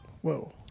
Whoa